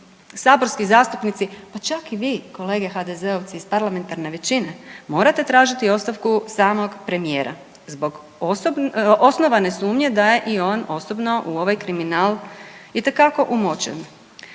saborski zastupnici, pa čak i vi kolege HDZ-ovci iz parlamentarne većine morate tražiti ostavku samog premijera zbog osnovane sumnje da je i on osobno u ovaj kriminal itekako umočen.